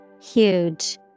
huge